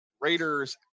Raiders